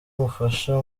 umufasha